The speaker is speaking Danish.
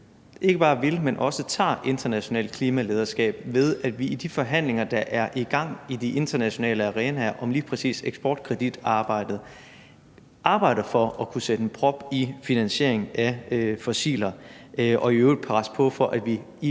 tager internationalt klimalederskab, ved at vi i de forhandlinger, der er i gang i de internationale arenaer om lige præcis eksportkreditarbejdet, arbejder for at kunne sætte en prop i finansieringen af fossile brændsler og i øvrigt presse på for, at vi i